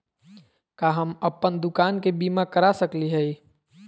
का हम अप्पन दुकान के बीमा करा सकली हई?